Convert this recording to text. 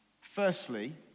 firstly